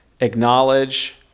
acknowledge